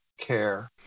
care